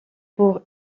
pour